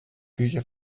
küche